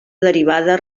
derivada